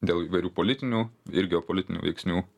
dėl įvairių politinių ir geopolitinių veiksnių